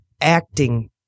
acting